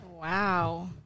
Wow